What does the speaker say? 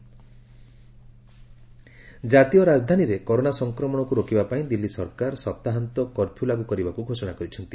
weekend curfew ଜାତୀୟ ରାଜଧାନୀରେ corona ସଂକ୍ରମଣକୁ ରୋକିବା ପାଇଁ ଦିଲ୍ଲୀ ସରକାର ସପ୍ତାହନ୍ତ କର୍ଫ୍ୟୁ ଲାଗୁ କରିବାକୁ ଘୋଷଣା କରିଛନ୍ତି